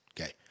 Okay